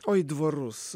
o į dvarus